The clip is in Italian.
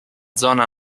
zona